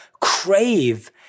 crave